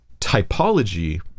typology